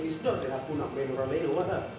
it's not that aku nak main orang lain or what ah